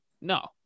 No